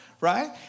right